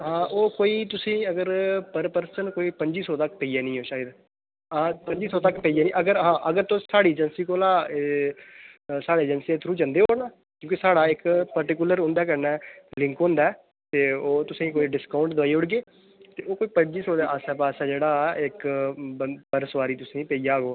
हां ओह् कोई तुसें ई अगर पर पर्सन कोई पं'जी सौ तक पेई जानी ऐ शायद हां पं'जी सौ तक पेई जानी अगर हां अगर तुस साढ़ी एजेंसी कोला साढ़ी एजेंसी दे थ्रू जंदे ओ ना क्योंकि साढ़ा इक पर्टिकूलर उं'दे कन्नै लिंक होंदा ऐ ते ओह् तुसें ई कोई डिस्काउंट दोआई ओड़गे ते ओह् कोई पं'जी सौ दे आस्सै पास्सै जेह्ड़ा ऐ इक प ब पर सोआरी तुसें ई पेई जाह्ग ओह्